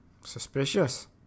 Suspicious